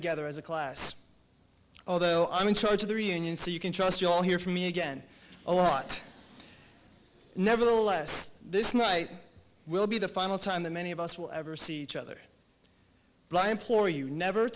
together as a class although i'm in charge of the reunion so you can trust you'll hear from me again a lot nevertheless this night will be the final time that many of us will ever see each other by implore you never